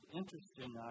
interesting